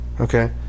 Okay